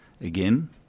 Again